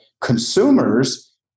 consumers